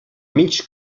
mig